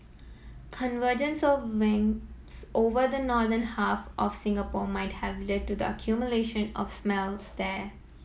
convergence of winds over the northern half of Singapore might have led to the accumulation of smells there